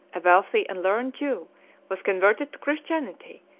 a wealthy and learned jew was converted to christianity,